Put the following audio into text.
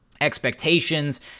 expectations